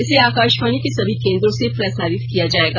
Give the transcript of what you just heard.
इसे आकाशवाणी के सभी केन्द्रों से प्रसारित किया जायेगा